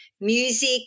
music